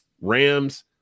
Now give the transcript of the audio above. Rams